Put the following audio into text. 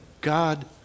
God